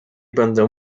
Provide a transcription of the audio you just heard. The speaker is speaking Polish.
będę